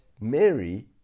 Mary